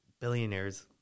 billionaires